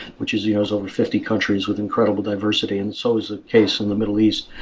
which is you know is over fifty countries with incredible diversity and so is the case in the middle east.